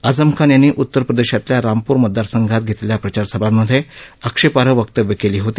आझम खान यांनी उत्तरप्रदेशातल्या रामपूर मतदारसंघात घेतलेल्या प्रचारसभांमधे आक्षेपाई वक्तव्यं केली होती